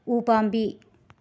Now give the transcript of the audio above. ꯎꯄꯥꯝꯕꯤ